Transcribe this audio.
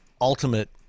ultimate